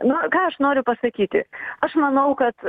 na ką aš noriu pasakyti aš manau kad